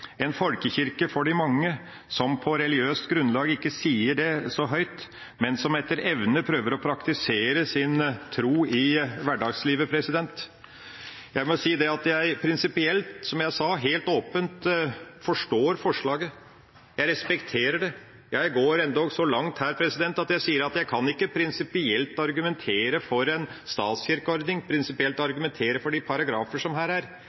en folkekirke for de mange, som på religiøst grunnlag ikke sier det så høyt, men som etter evne prøver å praktisere sin tro i hverdagslivet. Prinsipielt, og som jeg sa helt åpent, forstår jeg forslaget. Jeg respekterer det. Jeg går endog så langt her at jeg sier at jeg kan ikke prinsipielt argumentere for en statskirkeordning, prinsipielt argumentere for de paragrafer som her er.